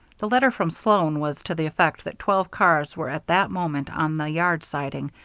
the letter from sloan was to the effect that twelve cars were at that moment on the yard siding,